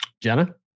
Jenna